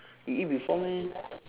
you eat before meh